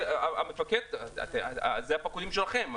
המפקד זה הפקודים שלכם.